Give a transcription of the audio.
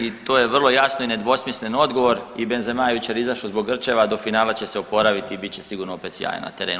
I to je vrlo jasno i nedvosmislen odgovor i Benzema je jučer izašao zbog grčeva do finala će se oporaviti i bit će sigurno opet sjajan na terenu.